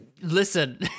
listen